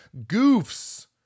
Goofs